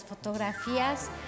Fotografías